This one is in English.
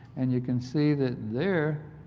and you can see that there,